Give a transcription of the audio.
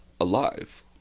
alive